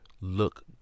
look